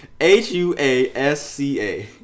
H-U-A-S-C-A